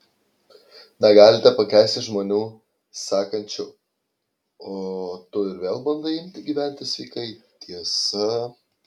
negalite pakęsti žmonių sakančių o tu ir vėl bandai imti gyventi sveikai tiesa